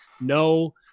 No